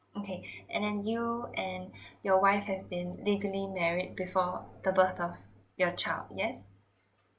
okay and then you and your wife have been legally married before the birth of your child yes